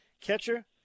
catcher